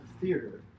theater